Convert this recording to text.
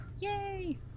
Yay